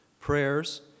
prayers